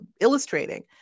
illustrating